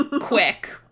quick